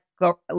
go